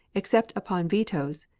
except upon vetoes,